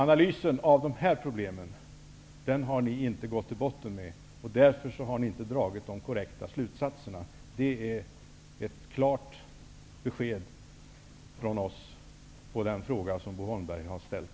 Ni har inte gått till botten med analysen av dessa problem. Därför har ni inte dragit de korrekta slutsatserna. Det är ett klart besked från oss på den fråga som Bo Holmberg har ställt.